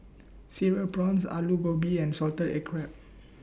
Cereal Prawns Aloo Gobi and Salted Egg Crab